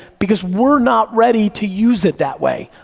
because we're not ready to use it that way.